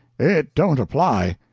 it don't apply.